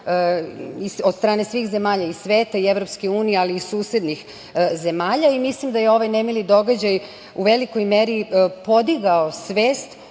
od strane svih zemalja sveta, i EU ali i susednih zemalja i mislim da je ovaj nemili događaj u velikoj meri podigao svest